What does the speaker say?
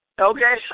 Okay